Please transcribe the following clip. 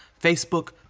Facebook